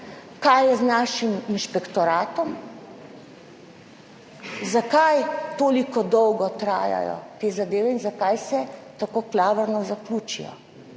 kaj je z našim inšpektoratom, zakaj tako dolgo trajajo te zadeve in zakaj se tako klavrno zaključijo.